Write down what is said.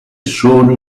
solo